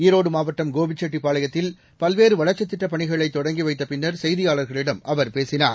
ஈரோடு மாவட்டம் கோபிசெட்டிப்பாளையத்தில் பல்வேறு வளர்ச்சித் திட்டப் பணிகளை தொடங்கி வைத்த பின்னர் செய்தியாளர்களிடம் அவர் பேசினார்